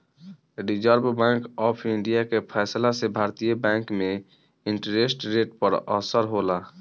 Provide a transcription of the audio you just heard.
reserve bank of India के फैसला से भारतीय बैंक में इंटरेस्ट रेट पर असर होला